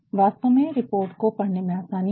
वास्तव में रिपोर्ट को पढ़ने में आसानी होगी